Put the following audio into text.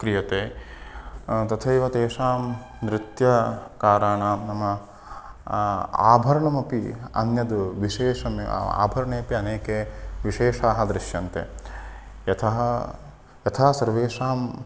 क्रियते तथैव तेषां नृत्यकाराणां नाम आभरणमपि अन्यद् विशेषम् आभरणेपि अनेके विशेषाः दृश्यन्ते यथा यथा सर्वेषाम्